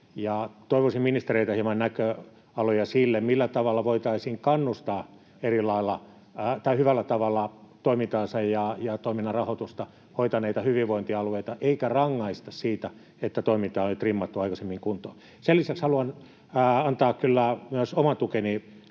Toivoisin ministereiltä hieman näköaloja siihen, millä tavalla voitaisiin kannustaa hyvällä tavalla toimintaansa ja toimintansa rahoitusta hoitaneita hyvinvointialueita eikä rangaista siitä, että toiminta on trimmattu jo aikaisemmin kuntoon. Sen lisäksi haluan antaa kyllä myös oman tukeni